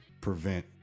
prevent